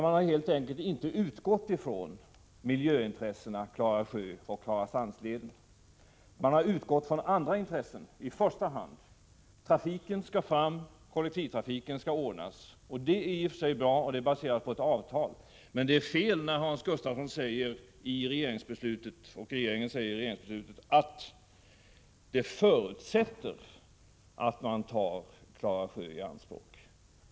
Man har helt enkelt inte utgått från miljöintressena när det gäller Klara sjö och Klarastrandsleden utan i första hand från andra intressen: trafiken skall fram, kollektivtrafiken skall ordnas. Det är i och för sig bra och baseras på ett avtal. Men det är fel när det i regeringsbeslutet sägs att detta förutsätter att man tar Klara sjö i anspråk.